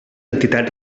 entitat